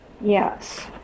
Yes